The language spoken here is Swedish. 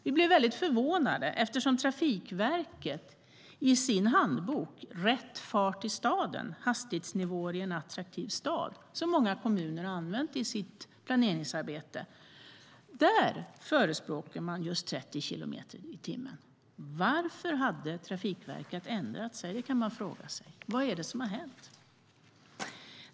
Vi blev förvånade eftersom Trafikverket i sin handbok Rätt fart i staden - hastighetsnivåer i en attraktiv stad , som många kommuner använder i sitt planeringsarbete, förespråkar just 30 kilometer i timmen. Varför har Trafikverket ändrat sig, kan man fråga sig. Vad är det som har hänt?